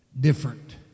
different